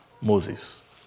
Moses